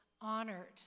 honored